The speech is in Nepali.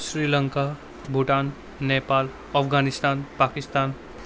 श्रीलङ्का भुटान नेपाल अफगानिस्तान पाकिस्तान